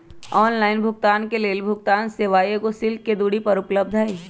online भुगतान के लेल भुगतान सेवा एगो क्लिक के दूरी पर उपलब्ध हइ